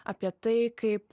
apie tai kaip